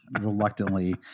Reluctantly